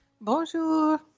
Bonjour